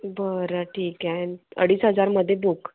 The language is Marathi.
बरं ठीक आहे अन अडीच हजारमध्ये बुक